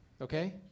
okay